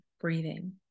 breathing